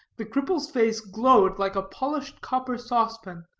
the cripple's face glowed like a polished copper saucepan,